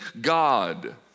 God